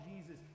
Jesus